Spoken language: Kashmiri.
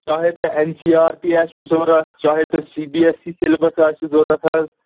چاہے تۄہہِ این سی آر ٹی آسوٕ ضروٗرت چاہے تۄہہِ C B S E syllabus آسوٕ ضروٗرت حظ